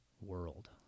world